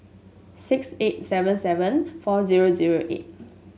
six eight seven seven four zero zero eight